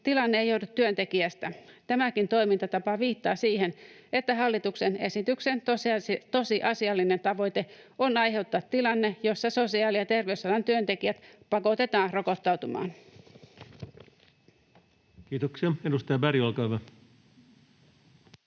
tilanne ei johdu työntekijästä. Tämäkin toimintatapa viittaa siihen, että hallituksen esityksen tosiasiallinen tavoite on aiheuttaa tilanne, jossa sosiaali- ja terveysalan työntekijät pakotetaan rokottautumaan. [Speech 14] Speaker: Ensimmäinen